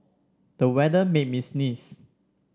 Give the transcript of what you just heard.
the weather made me sneeze